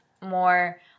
more